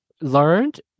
learned